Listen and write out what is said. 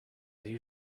you